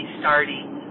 starting